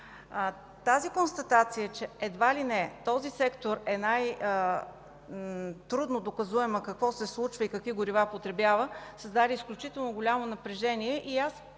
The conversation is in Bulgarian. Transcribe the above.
Тази констатация, че едва ли не този сектор е най-трудно доказуем какво се случва и какви горива потребява създаде изключително голямо напрежение.